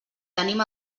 tenim